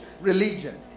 religion